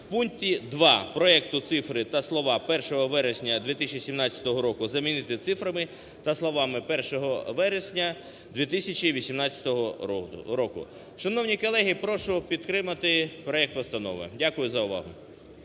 в пункті 2 проекту цифри та слова "1 вересня 2017 року" замінити цифрами та словами "1 вересня 2018 року". Шановні колеги, прошу підтримати проект постанови. Дякую за увагу.